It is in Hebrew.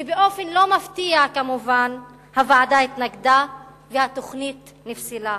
ובאופן לא מפתיע כמובן הוועדה התנגדה והתוכנית נפסלה.